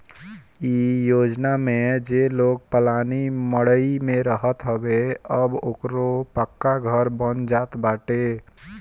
इ योजना में जे लोग पलानी मड़इ में रहत रहे अब ओकरो पक्का घर बन जात बाटे